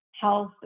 health